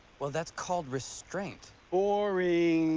well, that's called restraint. boring.